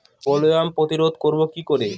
Bollworm প্রতিরোধ করব কি করে?